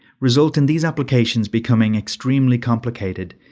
result in these applications becoming extremely complicated,